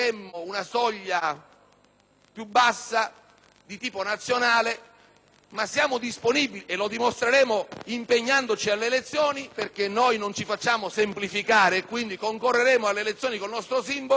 più bassa di tipo nazionale, ma saremmo disponibili - e lo dimostreremo impegnandoci nelle elezioni, perché noi non ci facciamo semplificare e quindi concorreremo con il nostro simbolo - anche